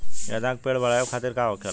गेंदा का पेड़ बढ़अब खातिर का होखेला?